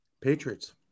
Patriots